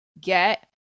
Get